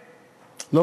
ולתת,